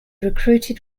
recruited